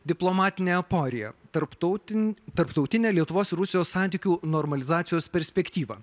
diplomatinė aporija tarptautinė tarptautinė lietuvos rusijos santykių normalizacijos perspektyva